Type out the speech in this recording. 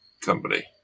Company